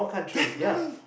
definitely